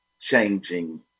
changing